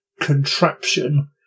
contraption